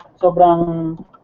sobrang